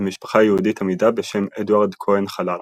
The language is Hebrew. למשפחה יהודית אמידה בשם אדוארד כהן חללה.